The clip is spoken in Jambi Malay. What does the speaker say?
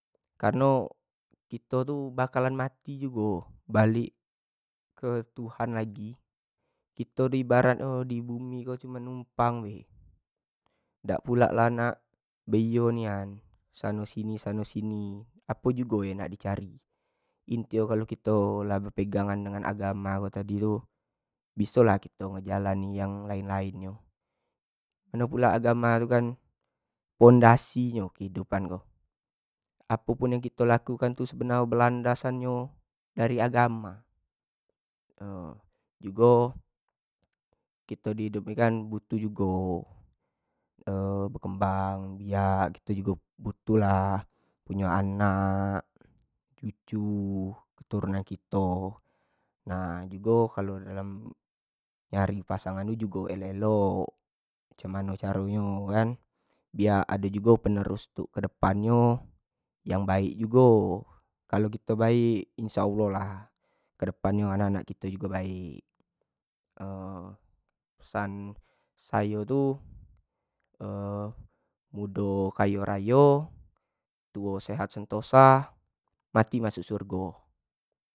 Kareno kito tu bakalan mati jugo balek ke tuhan lagi, kito ibarat nyo di bumi ko cuma numpang bae, dak pulo nak lah be iyo iyo nian apo lagi nak di cari, inti nyo kalo kito lah bepegangan dengan agamo ko, mudah lah kito ngejalani yang lain-lain nyo, mano pula agama tu kan pondasi nyo kehidupan ko, apopun yang kito lakukan tu sebanrnyo, landasannyo dari agama jugo, kito di hidup ini kan butuh jugo bkembang biak kito butuh lah punyo anak, cucu, ketrurunan kito. nah jugo dalam nyari pasangan jugo elok-elok kek mano caro nyo biak ado penerus selanjut nya jugo kalo kito baek kedepan nyo, pesan sayo tu mudo kayo rayo, tuo sehat sentosa, mati masuk syurgo.